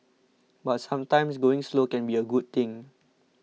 but sometimes going slow can be a good thing